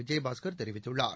விஜயபாஸ்கர் தெரிவித்துள்ளார்